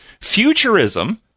Futurism